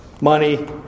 money